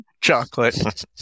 chocolate